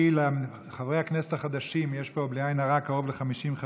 איך לחבר את הציבור לחזון שלו, איך לגייס